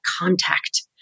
contact